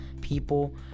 people